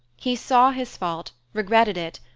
he saw his fault, regretted it,